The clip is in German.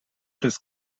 des